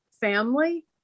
family